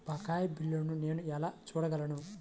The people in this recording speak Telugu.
బకాయి బిల్లును నేను ఎలా చూడగలను?